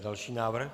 Další návrh.